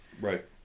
Right